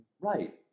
right